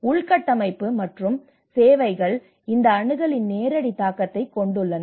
உள்கட்டமைப்பு மற்றும் சேவைகள் இந்த அணுகலின் நேரடி தாக்கத்தைக் கொண்டுள்ளன